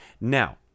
Now